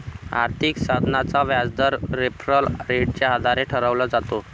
आर्थिक साधनाचा व्याजदर रेफरल रेटच्या आधारे ठरवला जातो